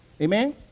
Amen